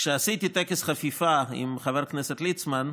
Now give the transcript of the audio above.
כשעשיתי את טקס החפיפה עם חבר הכנסת ליצמן,